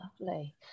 Lovely